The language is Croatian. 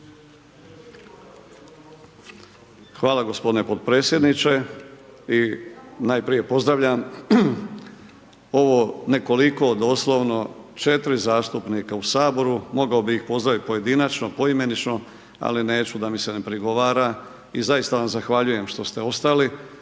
Hvala gospodine potpredsjedniče, najprije pozdravljam ovo nekoliko doslovno 4 zastupnika u Saboru, mogao bi ih pozdraviti pojedinačno, poimenično, ali neću da mi se ne prigovara i zaista vam zahvaljujem što ste ostali,